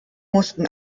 mussten